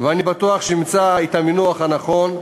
ואני בטוח שיימצא המינוח הנכון.